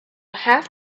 have